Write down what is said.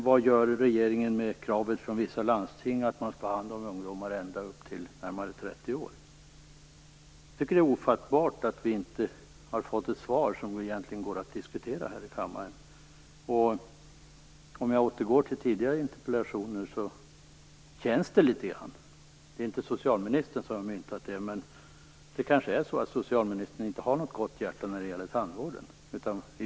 Vad gör regeringen med vissa landstings krav på att man skall ta hand om ungdomar upp till närmare 30 år? Jag tycker att det är ofattbart att vi inte har fått ett svar som går att diskutera i kammaren. För att återgå till tidigare interpellationer måste jag säga att det känns, även om det nu inte är socialministern som myntat detta, som att socialministern inte har något gott hjärta när det gäller tandvården.